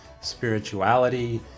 spirituality